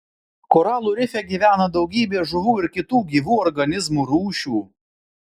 koralų rife gyvena daugybė žuvų ir kitų gyvų organizmų rūšių